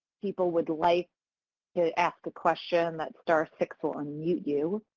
people would like to ask a question. that's star six will unmute you.